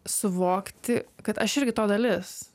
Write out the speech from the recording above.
suvokti kad aš irgi to dalis